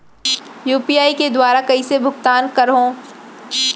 UPI के दुवारा कइसे भुगतान करहों?